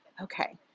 Okay